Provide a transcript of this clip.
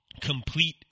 complete